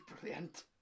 brilliant